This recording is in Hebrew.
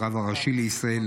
הרב הראשי לישראל,